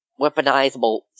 weaponizable